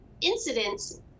incidents